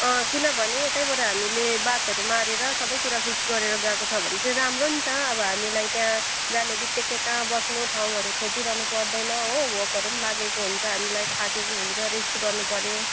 किनभने यतैबाट हामीले बातहरू मारेर सबै कुरा फिक्स गरेर गएको छ भने चाहिँ राम्रो नि त अब हाम्रो लागि त्यहाँ जाने बित्तिकै त्यहाँ कहाँ बस्नु ठाउँहरू खोजिरहनु पर्दैन हो भोकहरू पनि लागेको हुन्छ हामीलाई थाकेको हुन्छ रेस्ट गर्नुपऱ्यो